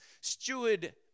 Steward